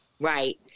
Right